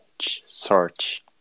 search